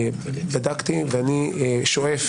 בדקתי ואני שואף,